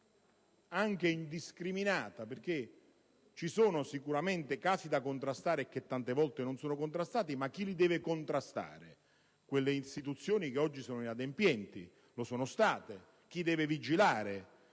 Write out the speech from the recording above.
anche indiscriminata, perché ci sono sicuramente casi da contrastare e che tante volte non lo sono. Ma chi li deve contrastare? Quelle istituzioni che oggi sono inadempienti, che lo sono state. Chi deve vigilare?